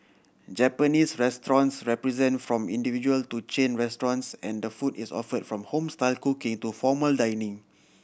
Japanese restaurants present from individual to chain restaurants and food is offered from home style cooking to formal dining